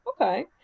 Okay